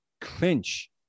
clinch